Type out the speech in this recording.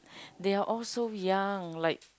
they're all so young like